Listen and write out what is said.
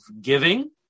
giving